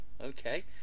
Okay